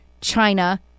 China